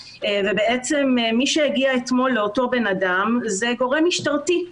ובעצם מי שהגיע אתמול לאותו אדם זה גורם משטרתי,